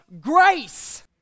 Grace